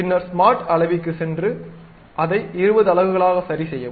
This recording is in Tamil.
பின்னர் ஸ்மார்ட் அளவிகுச் சென்று அதை 20 அலகுகளாக சரிசெய்யவும்